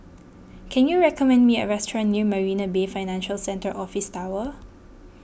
can you recommend me a restaurant near Marina Bay Financial Centre Office Tower